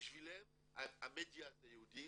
בשבילם המדיה זה יהודים,